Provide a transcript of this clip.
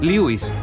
Lewis